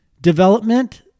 development